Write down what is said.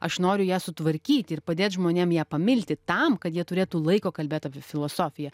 aš noriu ją sutvarkyti ir padėt žmonėm ją pamilti tam kad jie turėtų laiko kalbėt apie filosofiją